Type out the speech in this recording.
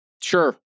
Sure